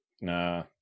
Nah